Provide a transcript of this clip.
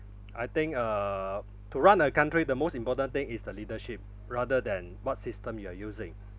I think err to run a country the most important thing is the leadership rather than what system you are using